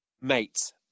Mate